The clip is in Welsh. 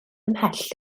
ymhell